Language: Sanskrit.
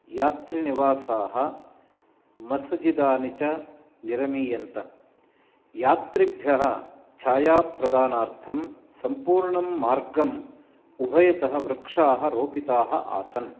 यात्रिनिवासाः मसज़िदानि च निरमीयन्त यात्रिभ्यः छायाप्रदानार्थं सम्पूर्णं मार्गम् उभयतः वृक्षाः रोपिताः आसन्